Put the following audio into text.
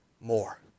more